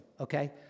okay